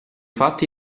fatte